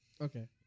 Okay